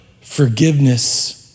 forgiveness